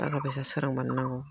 थाखा फैसा सोरांब्लानो नांगौ